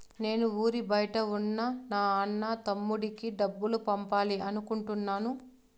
నేను ఊరి బయట ఉన్న నా అన్న, తమ్ముడికి డబ్బులు పంపాలి అనుకుంటున్నాను